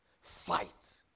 Fight